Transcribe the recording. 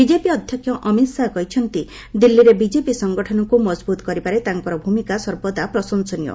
BJP ଅଧ୍ୟକ୍ଷ ଅମିତ୍ ଶାହା କହିଛନ୍ତି ଦିଲ୍ଲୀରେ ବିଜେପି ସଙ୍ଗଠନକୁ ମଜବୁତ୍ କରିବାରେ ତାଙ୍କର ଭୂମିକା ସର୍ବଦା ପ୍ରଶଂସନୀୟ